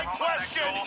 question